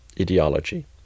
ideology